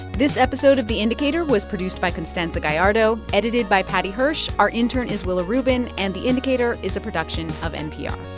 this episode of the indicator was produced by constanza gallardo, edited by paddy hirsch. our intern is willa rubin. and the indicator is a production of npr